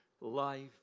life